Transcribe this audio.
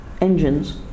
engines